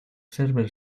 server